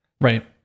Right